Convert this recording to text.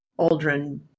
Aldrin